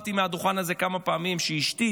סיפרתי כמה פעמים מהדוכן הזה שאשתי